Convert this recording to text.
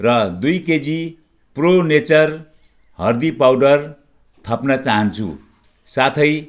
र दुई KG pro nature हर्दी पाउडर थप्न चाहन्छु साथै